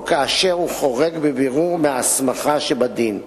או כאשר הוא חורג בבירור מההסמכה שבדין.